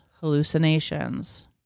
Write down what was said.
hallucinations